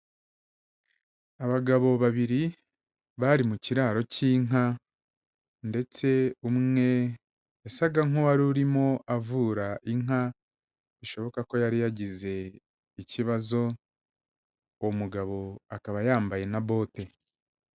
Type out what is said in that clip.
Abagabo babiri bari mu kiraro cy'inka ndetse umwe yasaga nk'uwari urimo avura inka bishoboka ko yari yagize ikibazo, uwo mugabo akaba yambaye na bote.